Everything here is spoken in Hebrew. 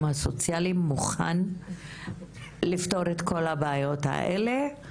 סוציאליים מוכן לפתור את כל הבעיות האלה,